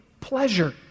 pleasure